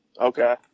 Okay